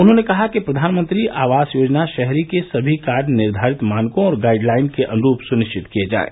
उन्होंने कहा कि प्रधानमंत्री आवास योजना शहरी के सभी कार्य निर्धारित मानकों और गाइडलाइन के अनुरूप सुनिश्चित किये जायें